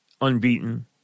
unbeaten